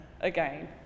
again